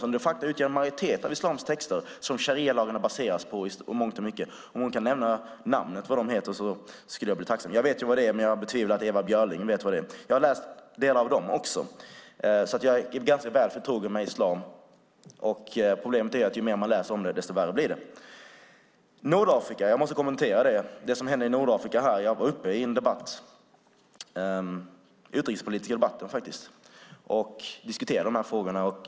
Det är de som de facto utgör en majoritet av islams texter och som sharialagarna i mångt och mycket baseras på. Jag vet vilka de är, men jag betvivlar att Ewa Björling vet det. Jag har läst delar av dem. Jag är alltså ganska väl förtrogen med islam. Problemet är att ju mer man läser desto värre blir det. Det som händer i Nordafrika måste jag kommentera. Jag var uppe i den utrikespolitiska debatten och diskuterade de här frågorna.